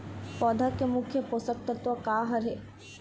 पौधा के मुख्य पोषकतत्व का हर हे?